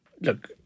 Look